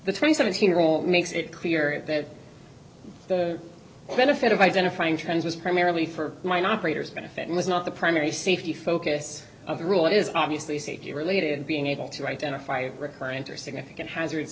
the twenty seventeen year old makes it clear that the benefit of identifying trends was primarily for mine operators benefit was not the primary safety focus of the rule is obviously safety related being able to identify recurrent or significant hazards